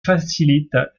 facilite